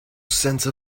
sense